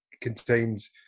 contains